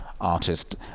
artist